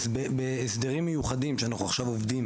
בהסדרים מיוחדים שאנחנו עכשיו עובדים